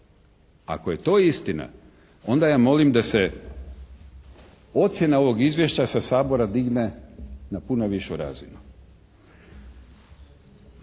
Ako je to istina, onda ja molim da se ocjena ovog izvješća sa Sabora digne na puno višu razinu.